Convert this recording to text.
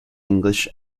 english